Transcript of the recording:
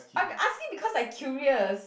I'm asking because I curious